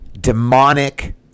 demonic